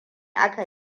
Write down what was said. aka